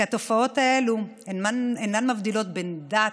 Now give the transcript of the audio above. התופעות האלה אינן מבדילות בין דת,